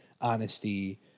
honesty